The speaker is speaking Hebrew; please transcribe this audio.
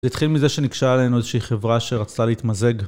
זה התחיל מזה שנגשה אלינו איזושהי חברה שרצתה להתמזג.